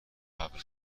قبل